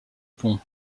pont